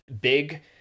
big